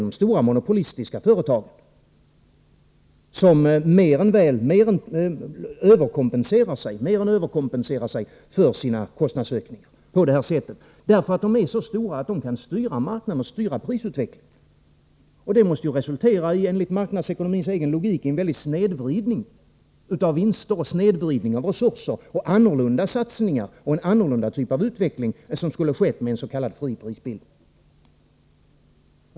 De stora monopolistiska företagen mer än väl överkompenserar sig för sina kostnadsökningar, eftersom dessa företag är så stora att de kan styra marknaden och prisutvecklingen. Enligt marknadsekonomins egen logik måste ju detta resultera i en stor snedvridning av vinster och resurser. Det blir andra satsningar och en annan typ av utveckling än vad som skulle ha blivit fallet vid en s.k. fri prisbildning.